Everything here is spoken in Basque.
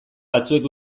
batzuek